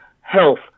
health